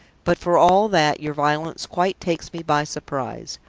but for all that, your violence quite takes me by surprise.